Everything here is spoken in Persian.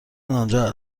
آنجا